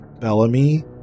Bellamy